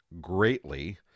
greatly